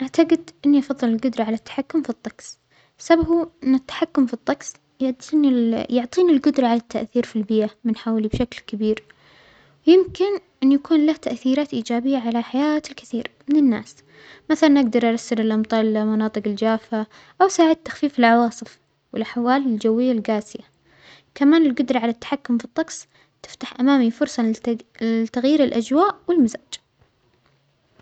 أعتجد أنى أفظل الجدرة على التحكم في الطجس، السبب هو إنه التحكم فى الطجس يعطينى ال-يعطينى الجدرة على التأثير في البيئة من حولى بشكل كبير، يمكن أن يكون له تأثيرات إيجابية على حياة الكثير من الناس، مثلا أجدر أرسل الأمطار لمناطق الجافة أو أسعد بتخفيض العواصف والأحوال الجوية الجاسية، كمان الجدرة على التحكم في الطجس تفتح أمامى فرصة للت-لتغيير الأجواء والمزاج.